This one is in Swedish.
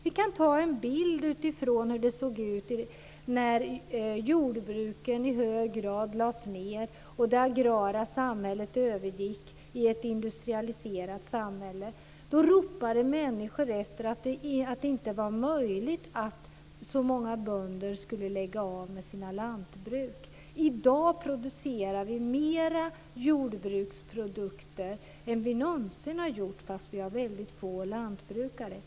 Vi kan ta en bild utifrån hur det såg ut när jordbruken i hög grad lades ned och det agrala samhället övergick i ett industrialiserat samhälle. Då ropade människor att det inte var möjligt att så många bönder skulle lägga av sitt lantbruk. I dag producerar mer jordbruksprodukter än vi någonsin har gjort fastän vi har väldigt få lantbrukare.